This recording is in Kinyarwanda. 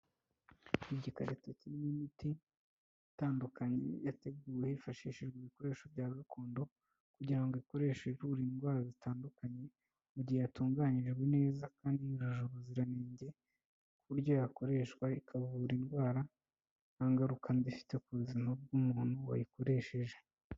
Ni igikarito kirimo imiti itandukanye yateguwe hifashishijwe ibikoresho bya gakondo, kugira ngo ikoreshwe ivura indwara zitandukanye, mu gihe yatunganyijwe neza kandi yujuje ubuziranenge, ku buryo yakoreshwa ikavura indwara, nta ngaruka mbi ifite ku buzima bw'umuntu wayikoresheje.